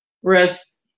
Whereas